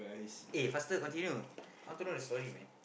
eh faster continue I want to know the story man